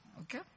okay